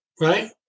Right